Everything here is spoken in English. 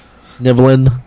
Sniveling